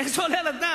איך זה עולה על הדעת?